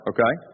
Okay